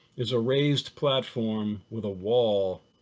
is a raised platform with a wall,